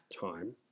time